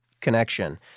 connection